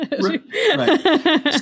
Right